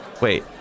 Wait